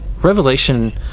revelation